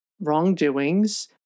wrongdoings